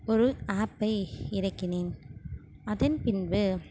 ஒரு ஆப்பை இறக்கினேன் அதன் பின்பு